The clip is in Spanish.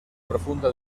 profunda